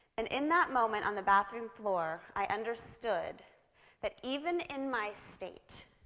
and in that moment, on the bathroom floor, i understood that even in my state,